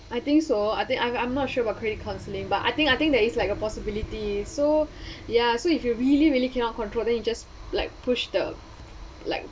I think so I think I'm I'm not sure about credit counseling but I think I think that it's like a possibility so ya so if you really really cannot control then you just like push the like